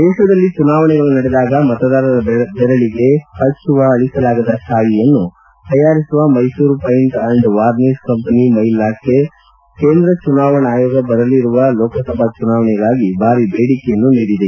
ದೇತದಲ್ಲಿ ಚುನಾವಣೆಗಳು ನಡೆದಾಗ ಮತದಾರರ ಬೆರಳಿಗೆ ಹಚ್ಚುವ ಅಳಿಸಲಾಗದ ತಾಯಿಯನ್ನು ತಯಾರಿಸುವ Mysore paint and varnish company ಮೈ ಲ್ಯಾಕ್ಗೆ ಕೇಂದ್ರ ಚುನಾವಣಾ ಆಯೋಗ ಬರಲಿರುವ ಲೋಕಸಭಾ ಚುನಾವಣೆಗಾಗಿ ಭಾರೀ ಬೇಡಿಕೆಯನ್ನು ನೀಡಿದೆ